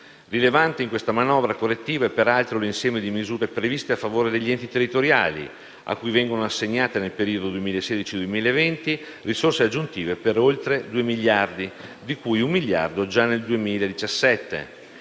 Rilevante in questa manovra correttiva è peraltro l'insieme di misure previste a favore degli enti territoriali, a cui vengono assegnate nel periodo 2016-2020 risorse aggiuntive per oltre 2 miliardi, uno dei quali viene assegnato già nel 2017.